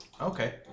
okay